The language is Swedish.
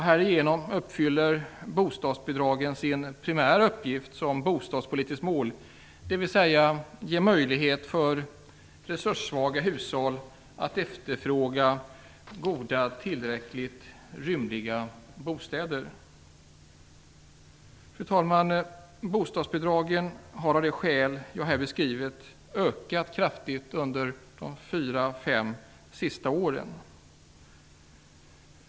Härigenom fyller bostadsbidragen sin primära funktion för att man skall uppnå det bostadspolitiska målet, dvs. att resurssvaga hushåll skall få möjlighet att efterfråga goda och tillräckligt rymliga bostäder. Fru talman! Bostadsbidragen har av de skäl jag här har beskrivit ökat kraftigt under de fyra fem senaste åren.